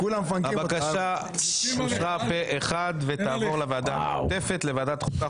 הבקשה אושרה פה אחד ותעבור לוועדה המשותפת של ועדת החוקה,